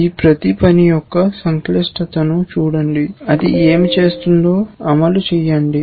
ఈ ప్రతి పని యొక్క సంక్లిష్టతను చూడండి అది ఏమి చేస్తుందో అమలు చేయండి